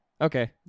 Okay